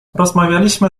rozmawialiśmy